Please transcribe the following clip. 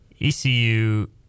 ecu